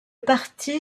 parti